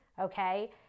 okay